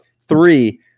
three